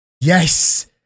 Yes